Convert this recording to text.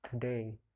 today